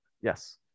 yes